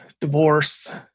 divorce